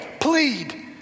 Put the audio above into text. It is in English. plead